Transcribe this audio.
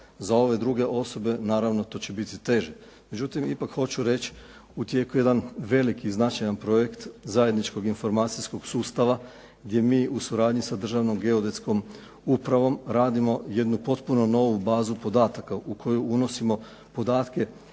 za ove druge osobe naravno to će biti teže. Međutim ipak hoću reći u tijeku je jedan veliki značajan projekt zajedničkog informacijskog sustava gdje mi u suradnji sa Državnom geodetskom upravom radimo jednu potpuno novu bazu podataka u koju unosimo podatke